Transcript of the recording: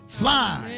fly